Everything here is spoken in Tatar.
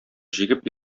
җигеп